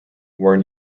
were